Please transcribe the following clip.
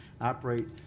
operate